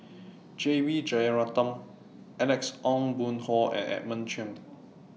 J B Jeyaretnam Alex Ong Boon Hau and Edmund Cheng